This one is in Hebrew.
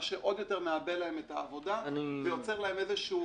מה שעוד יותר מעבה להם את העבודה ויוצר להם מונופול.